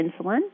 insulin